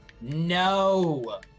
No